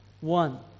One